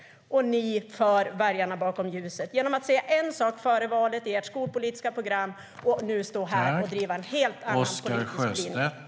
Ni för väljarna bakom ljuset genom att säga en sak före valet i ert skolpolitiska program och nu stå här och driva en helt annan politisk linje.